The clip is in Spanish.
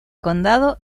condado